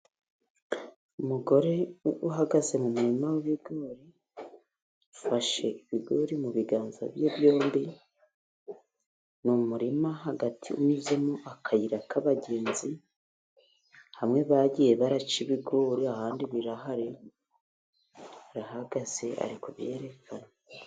Umugore uhagaze mu murima w'ibigori, afashe ibigori mu biganza bye byombi, ni umurima hagati unyuzemo akayira k'abagenzi, hamwe bagiye baraca ibigori, ahandi birahari barahagaze arikubyerekana.